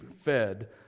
fed